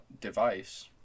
device